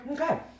okay